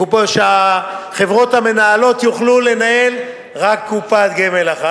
שהחברות המנהלות יוכלו לנהל רק קופת גמל אחת,